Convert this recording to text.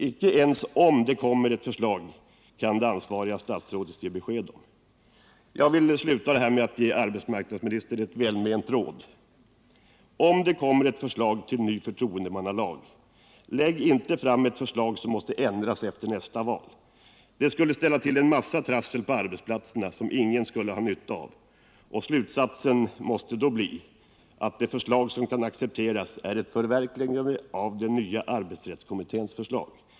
Icke ens om det kommer ett förslag kan det ansvariga statsrådet ge besked om! Jag vill sluta med att ge arbetsmarknadsministern ett välment råd: Om det kommer ett förslag till ny förtroendemannalag, lägg inte fram ett förslag som måste ändras efter nästa val! Det skulle ställa till en massa trassel på arbetsplatserna, som ingen skulle ha nytta av. Slutsatsen måste då bli att det förslag som kan accepteras är ett förverkligande av den nya arbetsrättskommitténs förslag.